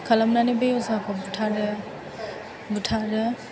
खालामनानै बे अजाखौ बुथारो बुथारो